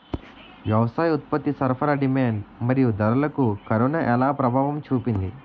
వ్యవసాయ ఉత్పత్తి సరఫరా డిమాండ్ మరియు ధరలకు కరోనా ఎలా ప్రభావం చూపింది